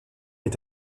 est